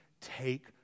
take